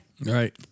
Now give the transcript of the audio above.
right